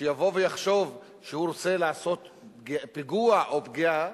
שהוא רוצה לעשות פיגוע, או פגיעה,